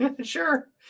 sure